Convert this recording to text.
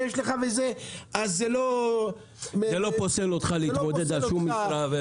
זה לא פוסל אותך להתמודד על שום משרה.